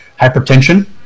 hypertension